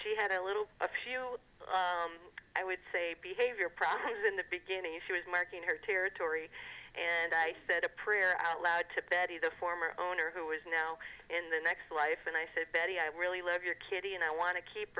she had a little a few i would say behavior proud of in the fifteen a she was marking her territory and i said a prayer out loud to patti the former owner who is now in the next life and i said betty i really love your kitty and i want to keep